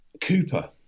Cooper